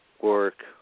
work